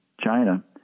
China